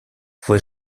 fue